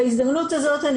בהזדמנות הזאת,